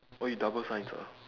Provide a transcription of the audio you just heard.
oh you double science ah